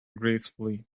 gracefully